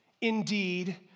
indeed